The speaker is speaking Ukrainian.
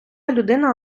людина